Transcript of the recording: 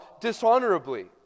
dishonorably